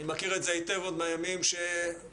אני מכיר את זה היטב עוד מהימים שהלכתי